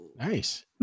nice